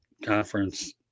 conference